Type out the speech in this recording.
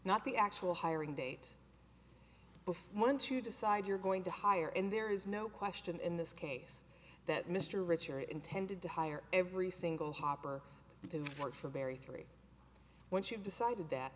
not the actual hiring date before once you decide you're going to hire in there is no question in this case that mr richer intended to hire every single shopper to work for very three once you've decided that